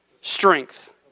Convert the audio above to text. strength